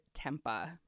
tempa